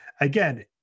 again